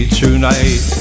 tonight